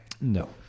no